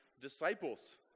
disciples